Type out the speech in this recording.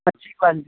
اچھی کوالٹی